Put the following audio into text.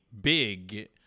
big